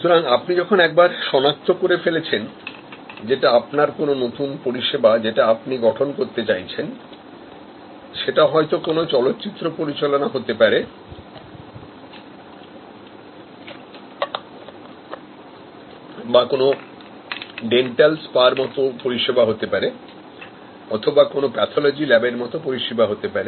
সুতরাং আপনি যখন একবার শনাক্ত করে ফেলেছেন যেটা আপনার কোন নতুন পরিষেবা যেটা আপনি গঠন করতে চাইছেন সেটা হয়তো কোনো চলচ্চিত্র পরিচালনা হতে পারে বা কোন ডেন্টালস্পা র মতো পরিষেবা হতে পারে অথবা কোনো pathology ল্যাবের মত পরিষেবা হতে পারে